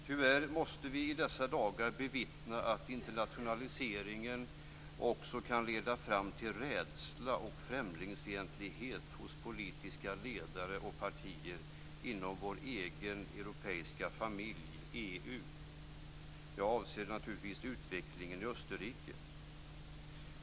Tyvärr måste vi i dessa dagar bevittna att internationaliseringen också kan leda fram till rädsla och främlingsfientlighet hos politiska ledare och partier inom vår egen europeiska familj, EU. Jag avser naturligtvis utvecklingen i Österrike.